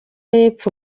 y’epfo